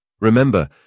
Remember